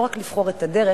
לא רק לבחור את הדרך,